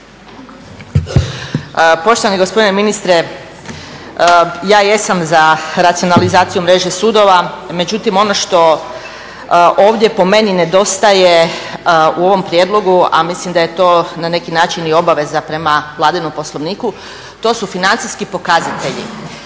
Poštovani gospodine ministre, ja jesam za racionalizaciju mreže sudova, međutim ono što ovdje po meni nedostaje u ovom prijedlogu, a mislim da je to na neki način i obaveza prema vladinom poslovniku, to su financijski pokazatelji.